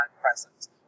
presence